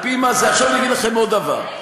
עכשיו אני אגיד לכם עוד דבר.